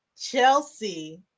chelsea